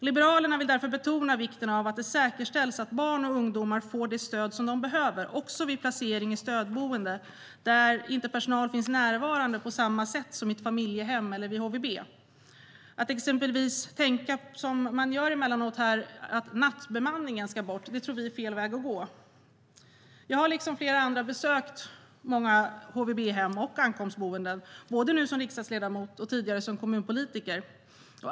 Liberalerna vill därför betona vikten av att det säkerställs att barn och ungdomar får det stöd som de behöver också vid placering i stödboende där personal inte finns närvarande på samma sätt som i ett familjehem eller HVB. Att exempelvis tänka att nattbemanningen ska bort, som man emellanåt gör här, tror vi är fel väg att gå. Jag har liksom flera andra besökt många HVB och ankomstboenden, både nu som riksdagsledamot och tidigare som kommunpolitiker.